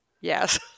Yes